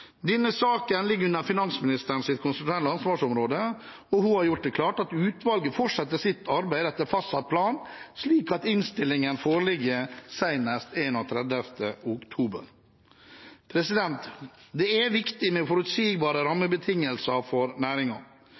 Denne saken ligger under finansministerens konstitusjonelle ansvarsområde, og hun har gjort det klart at utvalget fortsetter sitt arbeid etter fastsatt plan, slik at innstillingen foreligger senest 31. oktober. Det er viktig med forutsigbare rammebetingelser for